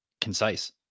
concise